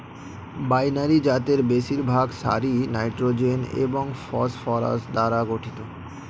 binary জাতের বেশিরভাগ সারই নাইট্রোজেন এবং ফসফরাস দ্বারা গঠিত